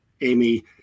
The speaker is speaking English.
Amy